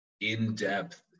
in-depth